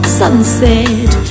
sunset